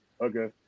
Okay